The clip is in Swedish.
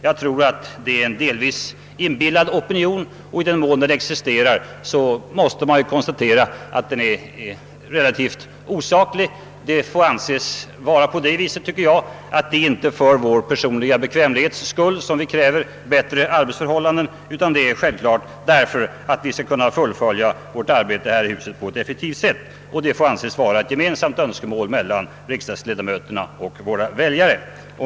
Jag tror att det delvis är en inbillad opinion, och i den mån den existerar är den osaklig. Det är ju inte för vår personliga bekvämlighets skull som vi kräver bättre arbetsförhållanden, utan för att vi skall kunna fullfölja vårt arbete på ett effektivt sätt. Det måste anses vara ett gemensamt önskemål för riksdagsledamöterna och väljarna.